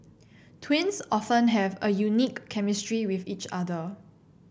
twins often have a unique chemistry with each other